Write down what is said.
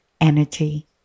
energy